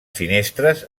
finestres